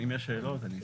אם יש שאלות אני אשמח.